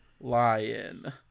lion